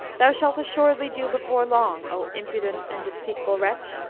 thou shalt assuredly do before long, o impudent and deceitful wretch!